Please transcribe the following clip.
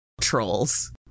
Trolls